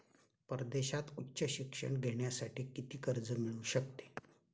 परदेशात उच्च शिक्षण घेण्यासाठी किती कर्ज मिळू शकते?